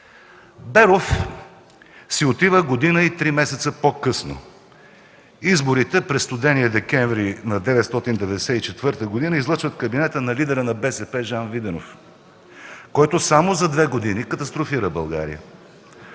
Беров си отива година и три месеца по-късно. Изборите през студения декември на 1994 г. излъчват кабинета на лидера на БСП Жан Виденов, който само за две години катастрофира България.